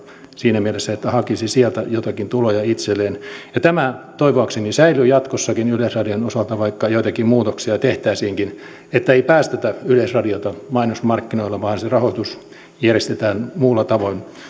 siinä mielessä että hakisi sieltä joitakin tuloja itselleen ja tämä toivoakseni säilyy jatkossakin yleisradion osalta vaikka joitakin muutoksia tehtäisiinkin että ei päästetä yleisradiota mainosmarkkinoille vaan se rahoitus järjestetään muulla tavoin